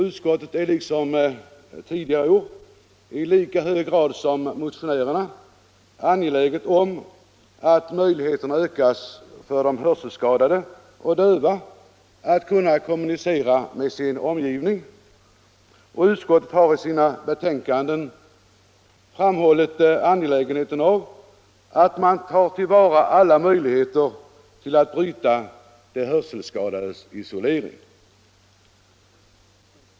Utskottet är liksom tidigare år i lika hög grad som motionärerna angeläget om att möjligheterna ökas för de hörselskadade och döva att kommunicera med sin omgivning, och utskottet har i sina betänkanden framhållit angelägenheten av att man tar till vara alla möjligheter att bryta de hörselskadades isolering.